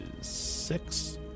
six